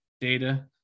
data